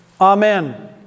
Amen